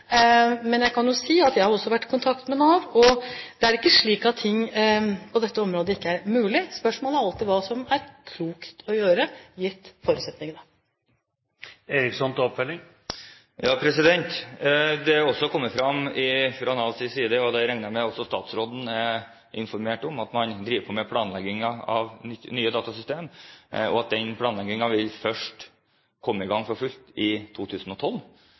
Men jeg kan jo si at jeg har også vært i kontakt med Nav, og det er ikke slik at ting på dette området ikke er mulig. Spørsmålet er alltid hva som er klokt å gjøre, gitt forutsetningene. Det er også kommet frem fra Navs side, og det regner jeg med at også statsråden er informert om, at man driver med planleggingen av nye datasystemer, at den planleggingen først vil komme i gang for fullt i 2012,